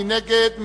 מי נגד?